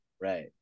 right